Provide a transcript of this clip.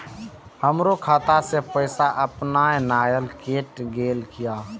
हमरो खाता से पैसा अपने अपनायल केट गेल किया?